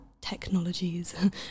technologies